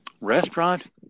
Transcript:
restaurant